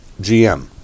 GM